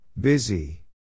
Busy